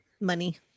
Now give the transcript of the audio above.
money